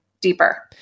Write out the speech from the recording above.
deeper